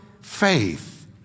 faith